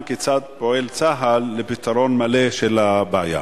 2. כיצד פועל צה"ל לפתרון מלא של הבעיה?